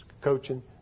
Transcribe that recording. coaching